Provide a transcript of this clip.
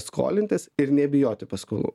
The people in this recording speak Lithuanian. skolintis ir nebijoti paskolų